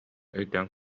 өйдөөн